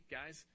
guys